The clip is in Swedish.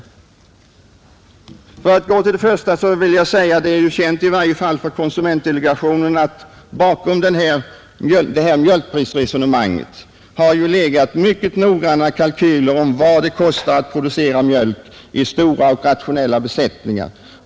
Det är känt i varje fall för konsumentdelegationen att bakom mjölkprisresonemanget har legat mycket noggranna kalkyler om vad det kostar att producera mjölk i stora och rationella besättningar.